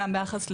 גם ביחס לשאלה,